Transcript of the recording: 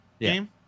game